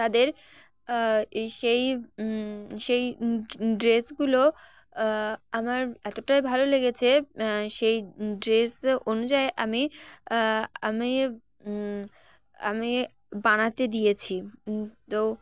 তাদের সেই সেই ড্রেসগুলো আমার এতটাই ভালো লেগেছে সেই ড্রেস অনুযায়ী আমি আমি আমি বানাতে দিয়েছি তো